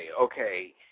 okay